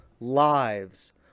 lives